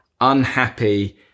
unhappy